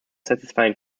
satisfying